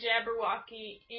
Jabberwocky